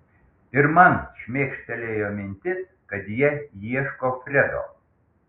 ir man šmėstelėjo mintis kad jie ieško fredo